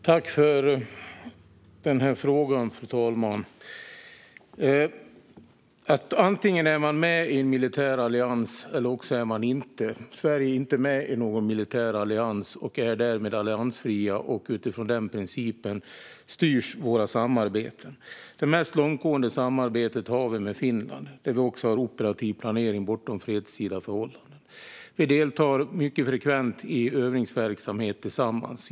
Fru talman! Jag tackar för denna fråga. Antingen är man med i en militär allians, eller också är man det inte. Sverige är inte med i någon militär allians och är därmed alliansfritt. Utifrån den principen styrs våra samarbeten. Det mest långtgående samarbetet har vi med Finland, där vi också har operativ planering bortom fredstida förhållanden. Vi deltar mycket frekvent i övningsverksamhet tillsammans.